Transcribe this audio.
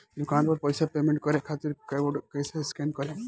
दूकान पर पैसा पेमेंट करे खातिर कोड कैसे स्कैन करेम?